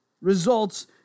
Results